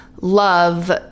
love